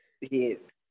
Yes